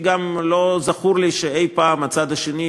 גם לא זכור לי שאי-פעם הצד השני,